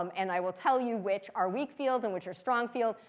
um and i will tell you which are weak field, and which are strong field,